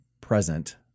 present